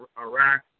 Iraq